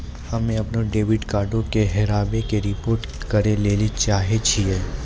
हम्मे अपनो डेबिट कार्डो के हेराबै के रिपोर्ट करै लेली चाहै छियै